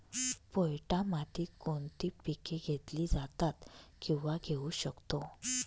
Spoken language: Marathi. पोयटा मातीत कोणती पिके घेतली जातात, किंवा घेऊ शकतो?